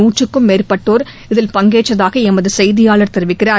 நூற்றுக்கும் மேற்பட்டோர் இதில் பங்கேற்றதாக எமது செய்தியாளர் தெரிவிக்கிறார்